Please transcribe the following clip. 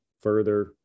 further